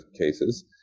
cases